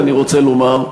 אני רוצה לומר,